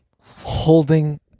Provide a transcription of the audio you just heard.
Holding